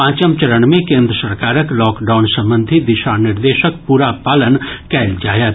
पांचम चरण मे केन्द्र सरकारक लॉकडाउन संबंधी दिशा निर्देशक पूरा पालन कयल जायत